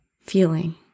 feeling